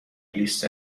لیست